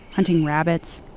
hunting rabbits,